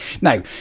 Now